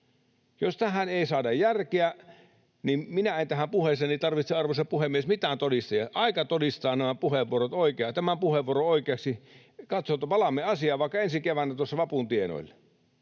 Jos tähän ei saada järkeä, niin minä en tähän puheeseeni tarvitse, arvoisa puhemies, mitään todistajia, vaan aika todistaa tämän puheenvuoron oikeaksi — katsotaan ja palataan asiaan vaikka ensi keväänä tuossa vapun tienoilla.